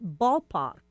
ballpark